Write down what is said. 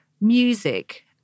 music